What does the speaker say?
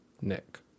Nick